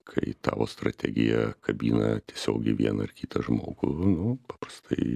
kai tavo strategija kabina tiesiogiai vieną ar kitą žmogų nu paprastai